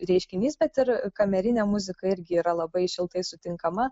reiškinys bet ir kamerinė muzika irgi yra labai šiltai sutinkama